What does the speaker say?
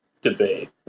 debate